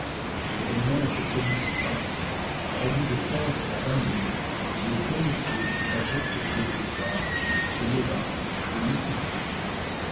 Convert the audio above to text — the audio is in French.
l'événement ne se produisit pas car au bout de quinze à vingt minutes le gros monsieur eut un geste de désespoir se leva et mit son chapeau